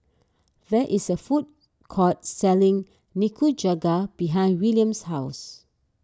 there is a food court selling Nikujaga behind Willam's house